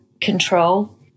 control